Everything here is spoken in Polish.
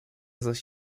zaś